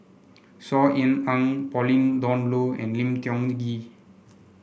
Saw Ean Ang Pauline Dawn Loh and Lim Tiong Ghee